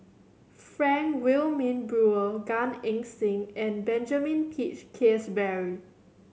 Frank Wilmin Brewer Gan Eng Seng and Benjamin Peach Keasberry